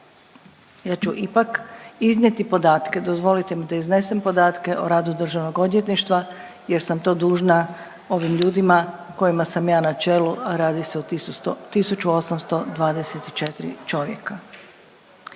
ja ću ipak iznijeti podatke, dozvolite mi da iznesen podatke o radu državnog odvjetništva jer sam to dužna ovim ljudima kojima sam ja na čelu, a radi se o 1824 čovjeka.